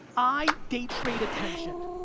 i day trade attention.